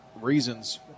reasons